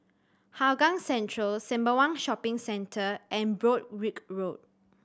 Hougang Central Sembawang Shopping Centre and Broadrick Road